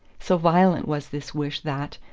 so violent was this wish that,